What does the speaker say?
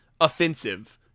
offensive